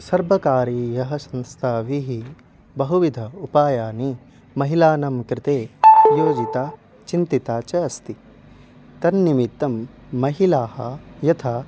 सर्वकारीयः संस्थाः बहुविध उपायानि महिलानां कृते योजितानि चिन्तितानि च अस्ति तन्निमित्तं महिलाः यदा